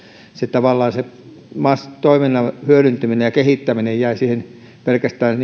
toiminnan hyödyntäminen ja kehittäminen jäi tavallaan pelkästään